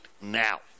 now